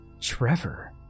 Trevor